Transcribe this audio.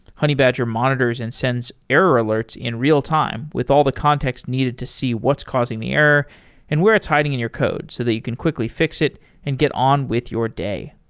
honeybadger monitors and sends error alerts in real-time with all the context needed to see what's causing the error and where it's hiding in your code so that you can quickly fix it and get on with your day.